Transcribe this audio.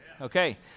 Okay